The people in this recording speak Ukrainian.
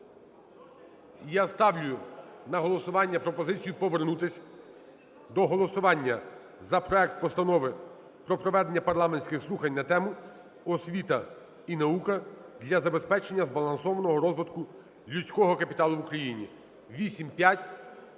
Я ставлю на голосування пропозицію повернутись до голосування за проект Постанови про проведення парламентських слухань на тему: "Освіта і наука для забезпечення збалансованого розвитку людського капіталу в Україні"